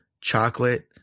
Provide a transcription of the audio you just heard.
chocolate